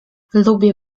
lubię